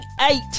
eight